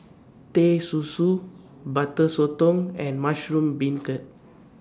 Teh Susu Butter Sotong and Mushroom Beancurd